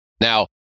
Now